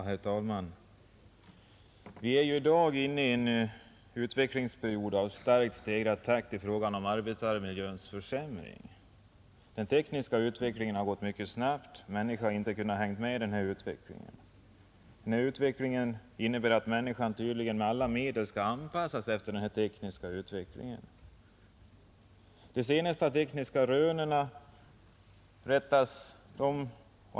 Herr talman! Vi är i dag inne i en utvecklingsperiod av starkt stegrad takt i fråga om arbetsmiljöns försämring. Den tekniska utvecklingen har gått mycket snabbt, och människan har inte kunnat hänga med i den utvecklingen, Den innebär emellertid tydligen att människan med alla medel skall anpassas efter de senaste tekniska rönen.